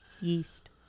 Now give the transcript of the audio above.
Yeast